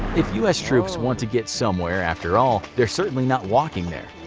if us troops want to get somewhere after all, they're certainly not walking there.